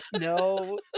no